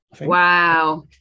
Wow